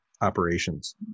operations